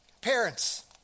Parents